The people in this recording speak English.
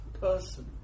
person